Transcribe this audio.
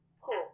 Cool